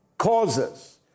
causes